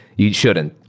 you shouldn't.